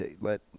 Let